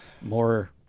more